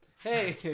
Hey